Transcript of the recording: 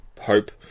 hope